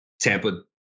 Tampa